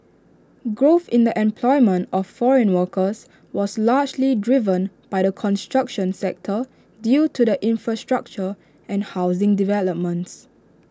growth in the employment of foreign workers was largely driven by the construction sector due to the infrastructure and housing developments